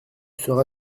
sera